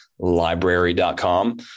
library.com